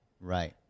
Right